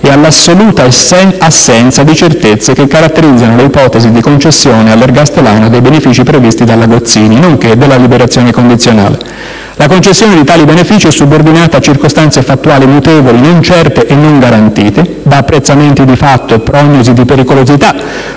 e all'assoluta assenza di certezza che caratterizzano le ipotesi di concessione all'ergastolano dei benefici previsti dalla legge Gozzini, nonché della liberazione condizionale. La concessione di tali benefici è subordinata a circostanze fattuali mutevoli, non certe e non garantite; da apprezzamenti di fatto e prognosi di pericolosità